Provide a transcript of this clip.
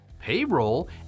payroll